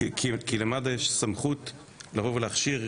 כי למד"א יש סמכות לבוא ולהכשיר,